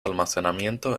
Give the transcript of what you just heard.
almacenamiento